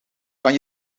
kan